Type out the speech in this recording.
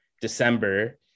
December